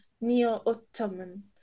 neo-Ottoman